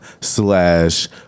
slash